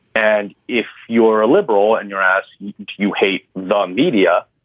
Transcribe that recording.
and if you're a liberal and your ass, you hate the media.